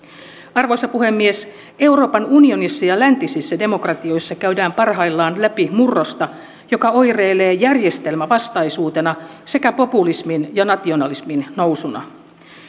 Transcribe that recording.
arvoisa puhemies euroopan unionissa ja läntisissä demokratioissa käydään parhaillaan läpi murrosta joka oireilee järjestelmävastaisuutena sekä populismin ja nationalismin nousuna